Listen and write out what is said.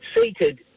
seated